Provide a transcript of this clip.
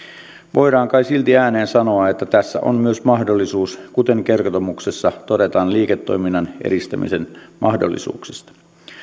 voidaan kai silti ääneen sanoa että tässä on myös mahdollisuus kuten kertomuksessa todetaan liiketoiminnan edistämisen mahdollisuuksista